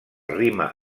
rima